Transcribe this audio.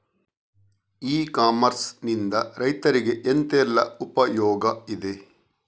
E commerce ನಿಂದ ರೈತರಿಗೆ ಎಂತೆಲ್ಲ ಉಪಯೋಗ ಇದೆ?